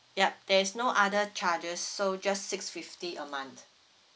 yup there is no other charges so just six fifty a month